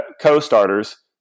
Co-Starters